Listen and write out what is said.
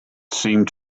seemed